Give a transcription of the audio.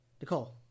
Nicole